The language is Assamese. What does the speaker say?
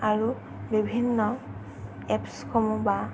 আৰু বিভিন্ন এপছসমূহ বা